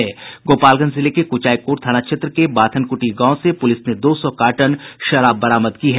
गोपालगंज जिले के कुचायकोट थाना क्षेत्र के बाथनकुटी गांव से पुलिस ने दो सौ कार्टन शराब बरामद की है